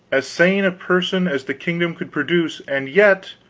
as sane a person as the kingdom could produce and yet,